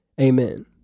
Amen